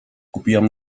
kupiłam